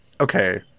okay